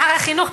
שר החינוך,